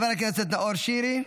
חבר הכנסת נאור שירי,